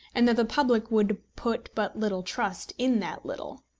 and that the public would put but little trust in that little.